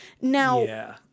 Now